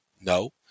No